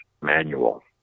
manual